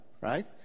right